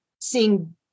seeing